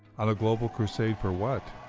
on a global crusade for what?